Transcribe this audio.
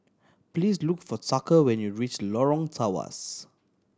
please look for Tucker when you reach Lorong Tawas